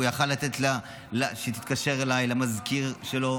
הוא יכול היה לתת שהיא תתקשר אליי או למזכיר שלו,